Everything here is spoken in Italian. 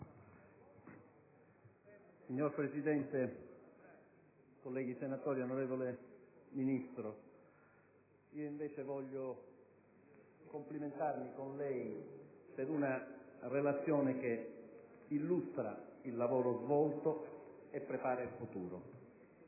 Signora Presidente, colleghi senatori, onorevole Ministro, io desidero invece complimentarmi con lei per una Relazione che illustra il lavoro svolto e prepara il futuro.